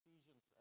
Ephesians